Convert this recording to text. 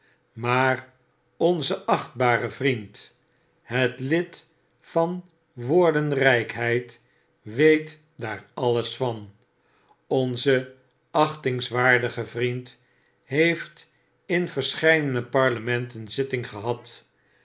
maar onze achtbare vriend het lidvanwoordenrijkheid weet daar alles van onze achtingswaardige vriend heeft in verscheidene parlementen zitting gehad